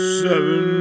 seven